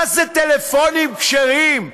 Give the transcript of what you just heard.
מה זה טלפונים כשרים?